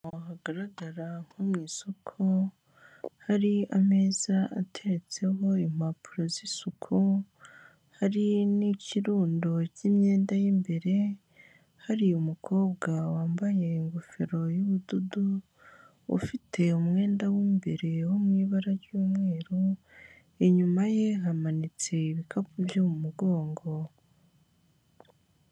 Mu Rwanda dukomeje kuza ku isonga bitewe n'uburyo twubatse. Ni joro ushobora kuhasohokera n'abawe bitewe n'amatara ushobora gusanga bayakije ushobora kugirango n'iburayi, aho ngaho nti twasiba kuvuga ko aho hantu haba hasa neza kuburyo wahanywera icyo kunywa cyawe ndetse n'umuryango wawe ndetse n'abawe.